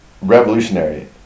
revolutionary